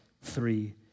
three